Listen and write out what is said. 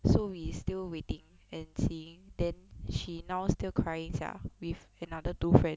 so we still waiting and see then she now still crying sia with another two friend